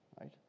right